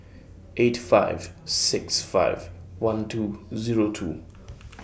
eight five six five one two Zero two